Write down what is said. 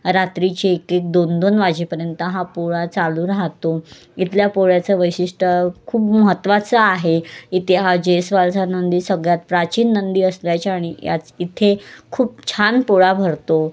रात्रीचे एक एक दोन दोन वाजेपर्यंत हा पोळा चालू रहातो इथल्या पोळ्याचं वैशिष्ट्य खूप महत्वाचं आहे इथे हा जयस्वालचा नंदी सगळ्यात प्राचीन नंदी असल्याच्याने याच इथे खूप छान पोळा भरतो